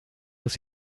muss